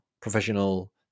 professional